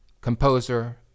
composer